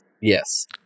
Yes